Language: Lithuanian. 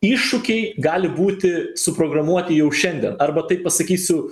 iššūkiai gali būti suprogramuoti jau šiandien arba taip pasakysiu